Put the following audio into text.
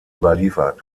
überliefert